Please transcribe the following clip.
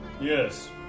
Yes